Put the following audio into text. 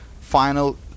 final